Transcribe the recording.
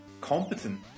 Competent